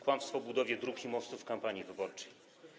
Kłamstwo o budowie dróg i mostów w kampanii wyborczej?